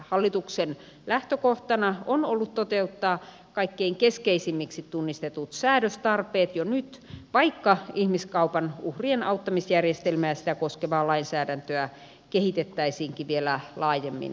hallituksen lähtökohtana on ollut toteuttaa kaikkein keskeisimmiksi tunnistetut säädöstarpeet jo nyt vaikka ihmiskaupan uhrien auttamisjärjestelmää ja sitä koskevaa lainsäädäntöä kehitettäisiinkin vielä laajemmin lähivuosina